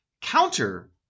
counter-